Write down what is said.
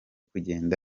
kugenda